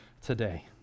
today